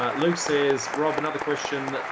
ah luke says, rob, another question.